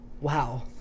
wow